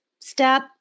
Step